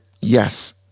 yes